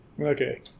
okay